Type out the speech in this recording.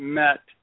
met